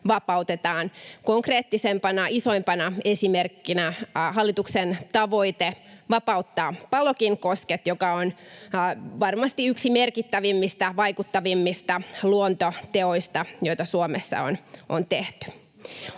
vapautetaan. Konkreettisempana, isoimpana esimerkkinä on hallituksen tavoite vapauttaa Palokin kosket, mikä on varmasti yksi merkittävimmistä, vaikuttavimmista luontoteoista, joita Suomessa on tehty.